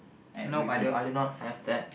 no I don't I did not have that